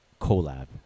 Collab